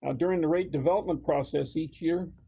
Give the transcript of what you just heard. um during the rate development process each year,